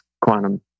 quantum